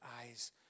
eyes